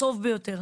הטוב ביותר,